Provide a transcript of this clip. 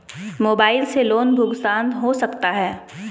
Mobile से loan भुगतान हो सकता है?